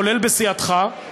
כולל סיעתך,